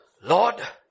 Lord